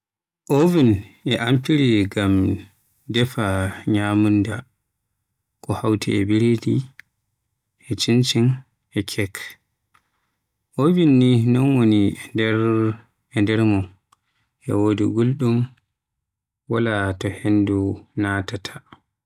Oven e amfire ngam defa ñyamunda ko hawti e biredi, e cincin e kek. Oven ni non woni e nder mun e wodi goldum wala to hendu natataa.